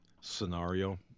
scenario